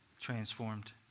transformed